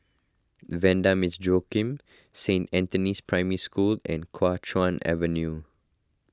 the Vanda Miss Joaquim Saint Anthony's Primary School and Kuo Chuan Avenue